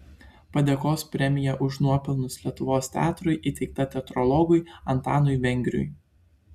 padėkos premija už nuopelnus lietuvos teatrui įteikta teatrologui antanui vengriui